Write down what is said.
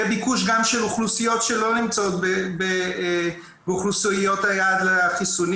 יהיה ביקוש גם של אוכלוסיות שלא נמצאות באוכלוסיות היעד לחיסונים